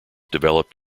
developed